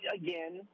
again